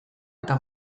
eta